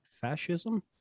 fascism